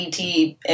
ET